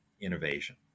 innovation